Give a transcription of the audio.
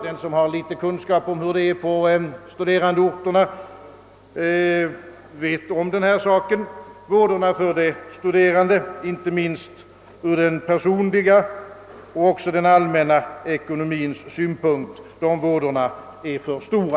Den som har någon kunskap om hur det är på studerandeorterna vet om denna sak. Vådorna för de studerande, inte minst ur den personliga men också ur den allmänna ekonomins synpunkt, är för stora.